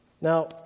Now